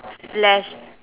slash